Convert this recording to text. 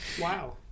wow